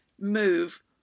move